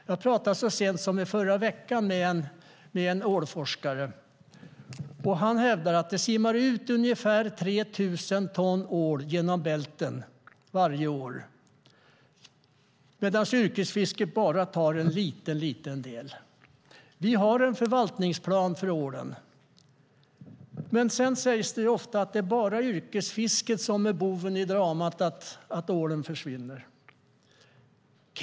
Jag talade så sent som i förra veckan med en ålforskare, och han hävdar att det varje år simmar ut ungefär tre tusen ton ål genom bälten medan yrkesfisket bara tar en mycket liten del. Vi har en förvaltningsplan för ålen. Ändå sägs det ofta att det är yrkesfisket som är boven i dramat när ålen försvinner.